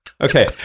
Okay